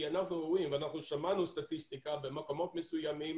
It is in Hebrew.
כי אנחנו רואים ושמענו סטטיסטיקה במקומות מסוימים